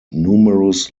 numerous